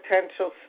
potential